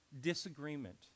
disagreement